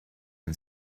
and